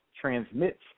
transmits